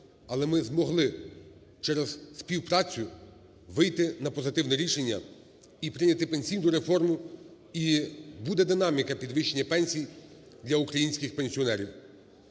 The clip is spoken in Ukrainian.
але ми змогли через співпрацю вийти на позитивне рішення і прийняти пенсійну реформу і буде динаміка підвищення пенсій для українських пенсіонерів.